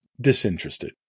disinterested